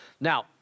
Now